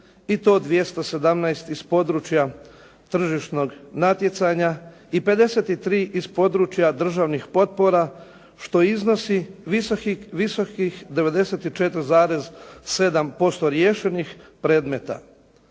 I to 217 iz područja tržišnog natjecanja i 53 iz područja državnih potpora što iznosi visokih 94,7% riješenih predmeta.